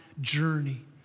journey